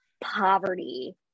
poverty